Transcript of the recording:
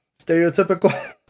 stereotypical